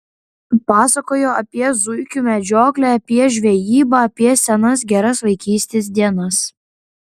pasakojo apie zuikių medžioklę apie žvejybą apie senas geras vaikystės dienas